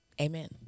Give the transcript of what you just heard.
amen